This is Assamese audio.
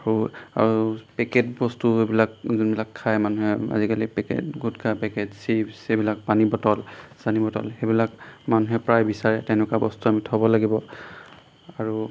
আৰু আৰু পেকেট বস্তু এইবিলাক যোনবিলাক খায় মানুহে আজিকালি পেকেট গোটখা পেকেট চিপ্ছ এইবিলাক পানী বটল চানি বটল সেইবিলাক মানুহে প্ৰায় বিচাৰে তেনেকুৱা বস্তু আমি থ'ব লাগিব আৰু